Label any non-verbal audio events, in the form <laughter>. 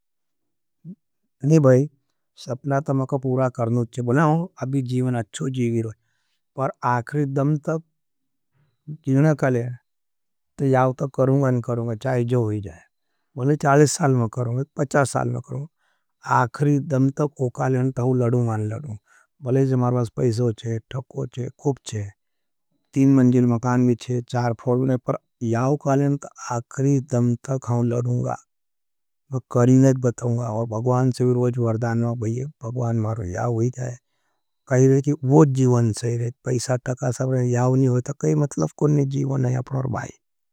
नहीं भाई, सप्ला तमको पूरा करनोच्चे, बोला हूँ अभी जीवन अच्छो जीवी रोई। पर आखरी दम तक <hesitation> जीवन कले, <noise> तो याओ तक करूँगा न करूँगा, चाहिए जो होई जाए। बले चालीस साल में करूँगा, पचास साल में करूँगा, आखरी दम तक उकालेन तक ह। करूँगा तक बताऊंगा, और भगवान से भी रोज वर्दान वाई, भगवान मारु याओ ही जाए, कही रहे है कि वो जीवन सही रहे है। पैसा, टका सही रहे है, याओ नहीं होता, कही मतलब कुन जीवन है अपनोर भाई।